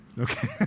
Okay